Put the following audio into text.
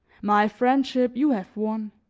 my friendship you have won